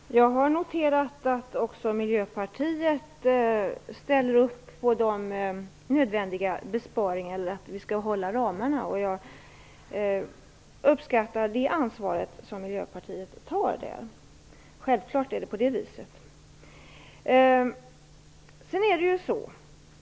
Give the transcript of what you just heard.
Fru talman! Jag har noterat att också Miljöpartiet ställer upp på de nödvändiga besparingarna eller på att vi skall hålla oss inom ramarna. Jag uppskattar det ansvar som Miljöpartiet tar. Självfallet är det så.